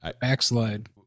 Backslide